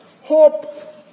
hope